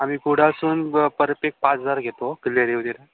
आम्ही पुढं असून पर पाच हजार घेतो क्लिअरी वरे